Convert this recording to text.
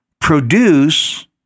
produce